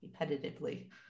repetitively